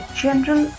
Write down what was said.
general